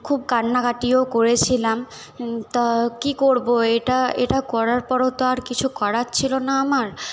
খুব কান্নাকাটিও করেছিলাম কি করবো এটা এটা করার পরও তো আর কিছু করার ছিল না আমার